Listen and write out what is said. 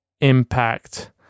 impact